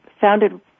founded